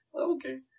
Okay